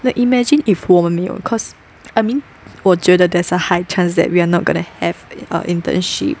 like imagine if 我们没有 cause I mean 我觉得 there's a high chance that we are not gonna have an internship